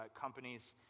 companies